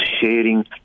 sharing